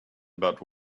about